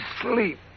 sleep